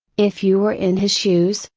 if you were in his shoes,